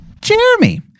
jeremy